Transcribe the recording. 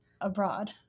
abroad